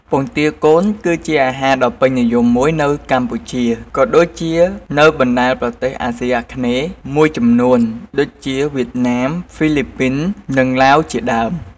ពងទាកូន គឺជាអាហារដ៏ពេញនិយមមួយនៅកម្ពុជា ក៏ដូចជានៅបណ្ដាប្រទេសអាស៊ីអាគ្នេយ៍មួយចំនួនដូចជា វៀតណាម ហ្វីលីពីន និងឡាវជាដើម។